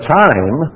time